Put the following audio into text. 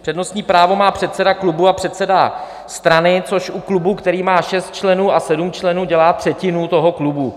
Přednostní právo má předseda klubu a předseda strany, což u klubu, který má šest členů a sedm členů, dělá třetinu toho klubu.